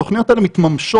התוכניות האלה מתממשות